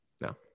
No